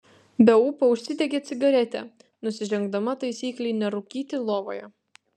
be ūpo užsidegė cigaretę nusižengdama taisyklei nerūkyti lovoje